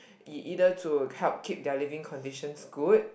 either to help keep their living conditions good